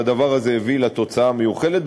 והדבר הזה הביא לתוצאה המיוחלת.